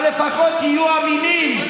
אבל לפחות תהיו אמינים.